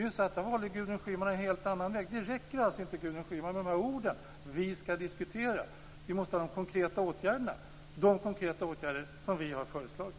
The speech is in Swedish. Där valde ju Gudrun Schyman en helt annan väg. Det räcker alltså inte, Gudrun Schyman, med orden: Vi skall diskutera. Vi måste ha de konkreta åtgärderna, de konkreta åtgärder som vi har föreslagit.